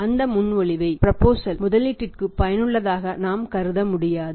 அந்த முன்மொழிவை முதலீட்டிற்கு பயனுள்ளதாக நாம் கருத முடியாது